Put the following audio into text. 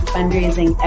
Fundraising